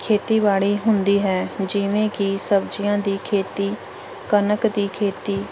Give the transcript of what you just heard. ਖੇਤੀਬਾੜੀ ਹੁੰਦੀ ਹੈ ਜਿਵੇਂ ਕਿ ਸਬਜ਼ੀਆਂ ਦੀ ਖੇਤੀ ਕਣਕ ਦੀ ਖੇਤੀ